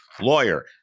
lawyer